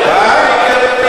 תומכים,